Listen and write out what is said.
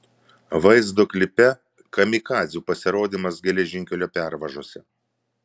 vaizdo klipe kamikadzių pasirodymas geležinkelio pervažose